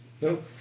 Nope